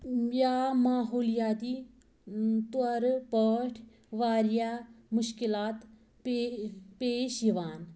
یا ماحولیاتی طورٕ پٲٹھۍ واریاہ مُشکِلات پے پیش یِوان